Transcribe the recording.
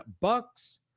Bucks